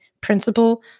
principle